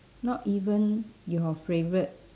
not even your favourite